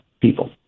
people